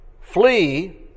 Flee